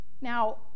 Now